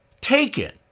taken